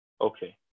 okay